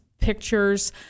pictures